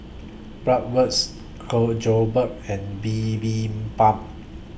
Bratwurst Jokbal and Bibimbap